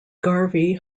garvey